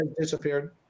Disappeared